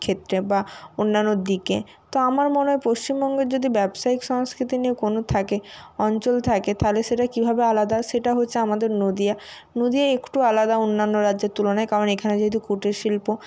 ক্ষেত্রে বা অন্যান্য দিকে তো আমার মনে হয় পশ্চিমবঙ্গের যদি ব্যবসায়িক সংস্কৃতি নিয়ে কোনও থাকে অঞ্চল থাকে তাহলে সেটা কীভাবে আলাদা সেটা হচ্ছে আমাদের নদিয়া নদিয়া একটু আলাদা অন্যান্য রাজ্যের তুলনায় কারণ এখানে যেহেতু কুটির শিল্প